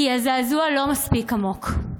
כי הזעזוע לא מספיק עמוק.